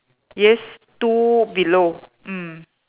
yes two below mm